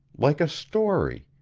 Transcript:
like a story.